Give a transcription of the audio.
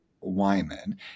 Wyman